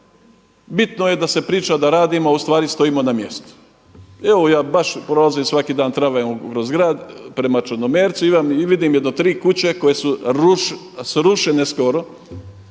bitno je da se priča da radimo, a u stvari stojimo na mjestu. Evo ja baš prolazim svaki dan tramvajem kroz grad prema Črnomercu i vidim jedno tri kuće koje su srušene skoro.